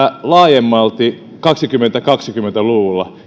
laajemmalti kaksituhattakaksikymmentä luvulla